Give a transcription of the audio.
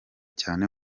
cyane